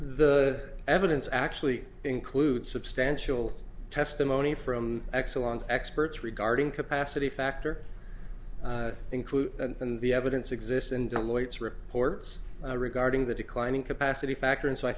the evidence actually includes substantial testimony from excellent experts regarding capacity factor include in the evidence exists and only its reports regarding the declining capacity factor and so i